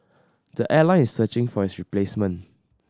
the airline is searching for his replacement